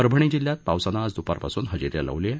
परभणी जिल्ह्यात पावसानं आज द्पारपासून हजेरी लावली आहे